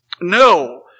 No